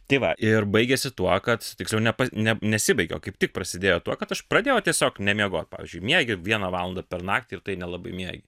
tai va ir baigiasi tuo kad tiksliau ne ne nesibaigia o kaip tik prasidėjo tuo kad aš pradėjau tiesiog nemiegot pavyzdžiui miegi vieną valandą per naktį ir tai nelabai miegi